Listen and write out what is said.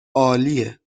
عالیه